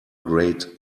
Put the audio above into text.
great